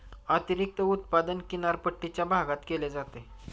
अतिरिक्त उत्पादन किनारपट्टीच्या भागात केले जाते